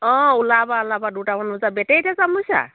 অঁ ওলাবা ওলাবা দুটামান বজাত বেটেৰীতে যাম বুজিছা